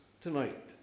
tonight